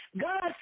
God